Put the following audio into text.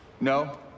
no